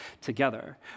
together